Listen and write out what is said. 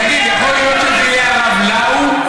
תגיד, יכול להיות שזה יהיה הרב לאו?